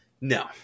No